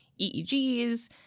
EEGs